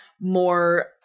more